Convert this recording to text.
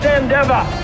endeavor